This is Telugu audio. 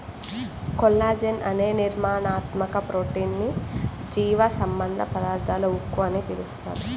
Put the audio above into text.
కొల్లాజెన్ అనే నిర్మాణాత్మక ప్రోటీన్ ని జీవసంబంధ పదార్థాల ఉక్కు అని పిలుస్తారు